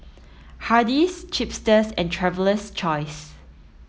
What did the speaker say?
Hardy's Chipster and Traveler's Choice